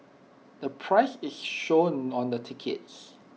the price is shown on the tickets